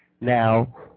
now